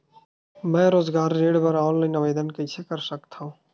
मैं रोजगार ऋण बर ऑनलाइन आवेदन कइसे कर सकथव?